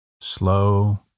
slow